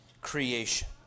creation